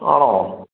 ആണോ